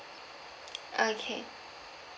okay